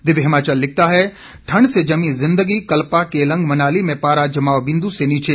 दिव्य हिमाचल लिखता है ठंड से जमी जिंदगी कल्पा केलांग मनाली में पारा जमाब बिंदु से नीचे